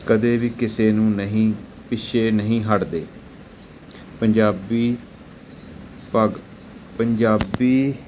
ਕਦੇ ਵੀ ਕਿਸੇ ਨੂੰ ਨਹੀਂ ਪਿੱਛੇ ਨਹੀਂ ਹਟਦੇ ਪੰਜਾਬੀ ਪਗ ਪੰਜਾਬੀ